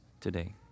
today